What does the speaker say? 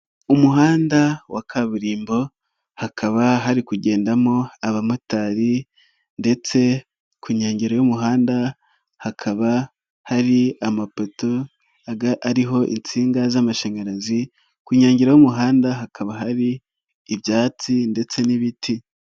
Umuhanda wa kaburimbo hakaba hari kugendamo abamotari ndetse ku nkengero y'umuhanda hakaba hari amapoto ariho insinga z'amashanyarazi, kunyengero y'umuhanda hakaba hari ibyatsi ndetse n'ibiti.